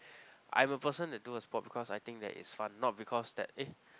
I'm a person that do a sport because I think that it's fun not because that eh